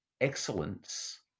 excellence